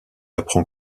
apprend